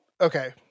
okay